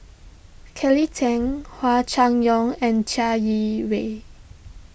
Kelly Tang Hua Chai Yong and Chai Yee Wei